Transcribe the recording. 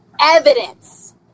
evidence